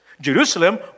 Jerusalem